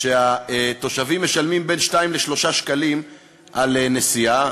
שהתושבים משלמים בין 2 ל-3 שקלים על נסיעה,